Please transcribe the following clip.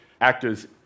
actors